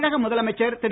தமிழக முதலமைச்சர் திரு